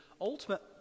ultimate